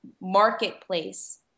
marketplace